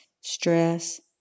Stress